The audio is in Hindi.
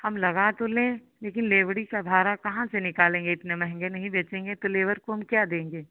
हम लगा तो लें लेकिन लेबड़ी सधारा कहाँ से निकालेगे इतने महंगे नहीं बेचेंगे तो लेबर तो हम क्या देंगे